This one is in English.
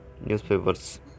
newspapers